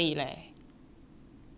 一个礼拜五十 mah